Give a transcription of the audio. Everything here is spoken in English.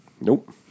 Nope